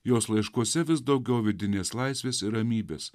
jos laiškuose vis daugiau vidinės laisvės ir ramybės